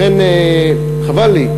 לכן חבל לי,